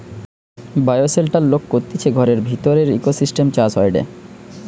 bioshelter লোক করতিছে ঘরের ভিতরের ইকোসিস্টেম চাষ হয়টে